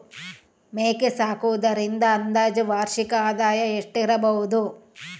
ಮೇಕೆ ಸಾಕುವುದರಿಂದ ಅಂದಾಜು ವಾರ್ಷಿಕ ಆದಾಯ ಎಷ್ಟಿರಬಹುದು?